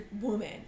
woman